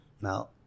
now